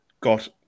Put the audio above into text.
got